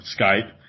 Skype